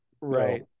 Right